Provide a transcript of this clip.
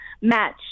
match